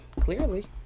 clearly